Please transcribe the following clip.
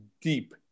deep